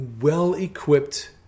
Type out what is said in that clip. well-equipped